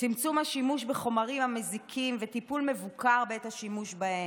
צמצום השימוש בחומרים מזיקים וטיפול מבוקר בעת השימוש בהם,